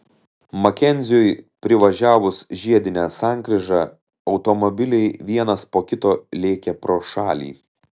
makenziui privažiavus žiedinę sankryžą automobiliai vienas po kito lėkė pro šalį